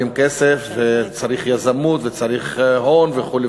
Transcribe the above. וצריך יזמות וצריך הון וכו',